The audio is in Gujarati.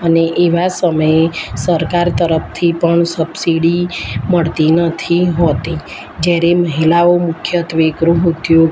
અને એવા સમયે સરકાર તરફથી પણ સબસિડી મળતી નથી હોતી જ્યારે મહિલાઓ મુખ્યત્ત્વે ગૃહ ઉદ્યોગ